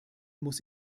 muss